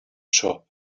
shop